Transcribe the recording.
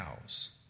cows